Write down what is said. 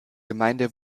gemeinde